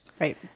right